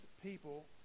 people